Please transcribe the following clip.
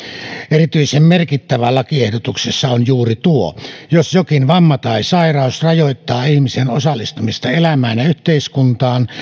erityisen merkittävä lakiehdotuksessa on juuri tuo jos jokin vamma tai sairaus rajoittaa ihmisen osallistumista elämään ja ja yhteiskuntaan